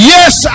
Yes